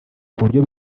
kuburyo